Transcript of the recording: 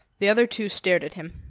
the other two stared at him.